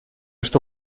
что